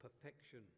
perfection